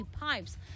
pipes